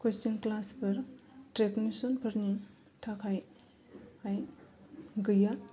question ख्लासफोर ट्रेमिसनफोरनि थाखाय गैया